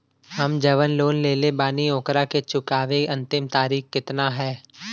हम जवन लोन लेले बानी ओकरा के चुकावे अंतिम तारीख कितना हैं?